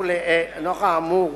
נוכח האמור